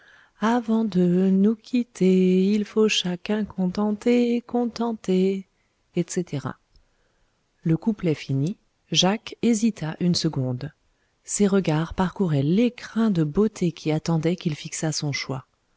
avant de nous quitter il faut chacun contenter contentez etc le couplet fini jacques hésita une seconde ses regards parcouraient l'écrin de beautés qui attendaient qu'il fixât son choix